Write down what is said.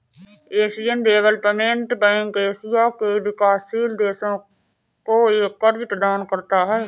Asian development bank Asia के विकासशील देशों को कर्ज प्रदान करता है